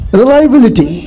reliability